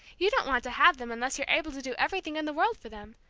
you don't want to have them unless you're able to do everything in the world for them.